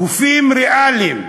גופים ריאליים,